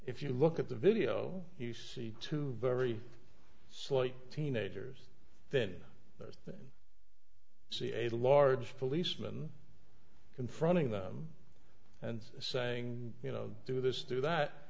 if you look at the video he see two very slight teenagers then i see a large policeman confronting them and saying you know do this do that